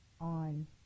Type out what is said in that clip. on